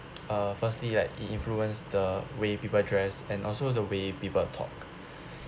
uh firstly like it influence the way people dress and also the way people talk